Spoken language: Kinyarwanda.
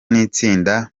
n’itsinda